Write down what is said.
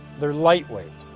they're light weight.